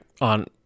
on